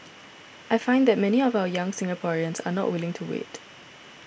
I find that many of our young Singaporeans are not willing to wait